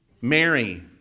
Mary